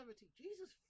Jesus